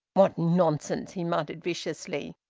what nonsense! he muttered viciously.